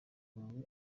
wawe